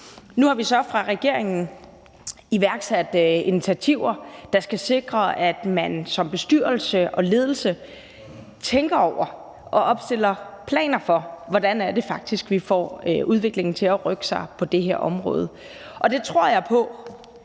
Nu har vi så fra regeringens side iværksat initiativer, der skal sikre, at man som bestyrelse og ledelse tænker over og opstiller planer for, hvordan det faktisk er vi får udviklingen til at rykke sig på det her område. Og det tror jeg på